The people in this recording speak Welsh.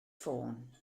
ffôn